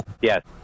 Yes